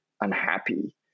unhappy